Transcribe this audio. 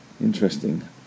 Interesting